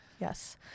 yes